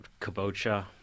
kabocha